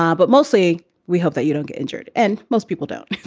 ah but mostly we hope that you don't get injured and most people don't.